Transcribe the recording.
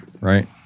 right